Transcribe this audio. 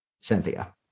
Cynthia